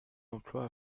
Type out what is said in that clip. emplois